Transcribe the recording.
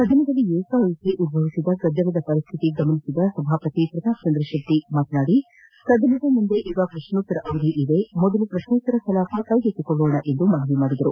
ಸದನದಲ್ಲಿ ಏಕಾಏಕಿ ಉದ್ದವಿಸಿದ ಗದ್ದಲದ ಪರಿಸ್ತಿತಿ ಗಮನಿಸಿದ ಸಭಾಪತಿ ಪ್ರತಾಪಚಂದ್ರ ಶೆಟ್ಟಿ ಮಾತನಾಡಿ ಸದನದ ಮುಂದೆ ಈಗ ಪ್ರಶ್ನೋತ್ತರ ಅವಧಿ ಇದೆ ಮೊದಲು ಪ್ರಶ್ನೋತ್ತರ ಕಲಾಪ ಕೈಗೆತ್ತಿಕೊಳ್ನೋಣ ಎಂದು ಮನವಿ ಮಾಡಿದರು